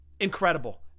Incredible